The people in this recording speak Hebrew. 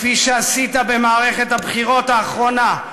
כפי שעשית במערכת הבחירות האחרונה,